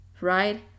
right